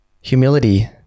humility